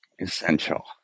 essential